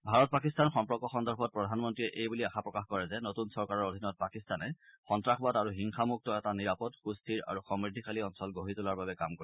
ভাৰত পাকিস্তান সম্পৰ্ক সন্দৰ্ভত প্ৰধানমন্ত্ৰীয়ে এই বুলি আশা প্ৰকাশ কৰে যে নতুন চৰকাৰৰ অধীনত পাকিস্তানে সন্নাসবাদ আৰু হিংসামুক্ত এটা নিৰাপদ সুস্থিৰ আৰু সমৃদ্ধিশালী অঞ্চল গঢ়ি তোলাৰ বাবে কাম কৰিব